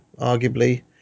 arguably